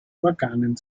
organen